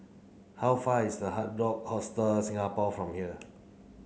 how far away is the Hard Rock Hostel Singapore from here